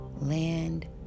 land